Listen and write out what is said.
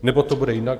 Nebo to bude jinak?